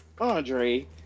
Andre